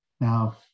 Now